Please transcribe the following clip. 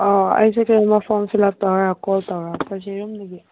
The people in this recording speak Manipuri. ꯑꯣ ꯑꯩꯁꯦ ꯀꯩꯒꯨꯝꯕ ꯐꯣꯔꯝ ꯐꯤꯜ ꯎꯞ ꯇꯧꯔ ꯀꯣꯜ ꯇꯧꯔꯛꯄꯁꯦ ꯌꯨꯝꯗꯒꯤ